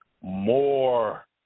more